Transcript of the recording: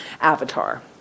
Avatar